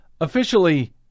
officially